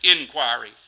inquiry